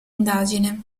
indagine